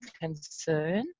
concern